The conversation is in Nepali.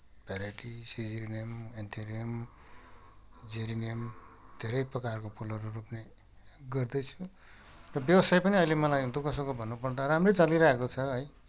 भेराइटी सिलिनम अन्थेरियम जिरेनियम धेरै प्रकारको फुलहरू रोप्ने गर्दैछु व्यवसाय पनि अहिले मलाई दुःख सुख भन्नुपर्दा राम्रै चलिरहेको छ है